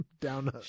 down